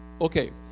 Okay